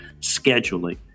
scheduling